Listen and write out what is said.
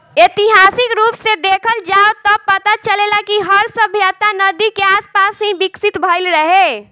ऐतिहासिक रूप से देखल जाव त पता चलेला कि हर सभ्यता नदी के आसपास ही विकसित भईल रहे